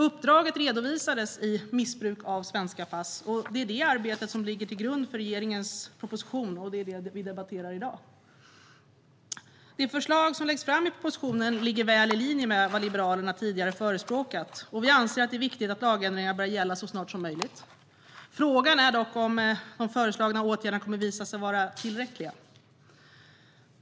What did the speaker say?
Uppdraget redovisades i Missbruk av svenska pass , och det är det arbetet som ligger till grund för regeringens proposition och det vi debatterar i dag. De förslag som läggs fram i propositionen ligger väl i linje med vad Liberalerna tidigare förespråkat. Vi anser att det är viktigt att lagändringarna börjar gälla snart som möjligt. Frågan är dock om föreslagna åtgärder kommer att visa sig vara tillräckliga.